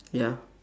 ya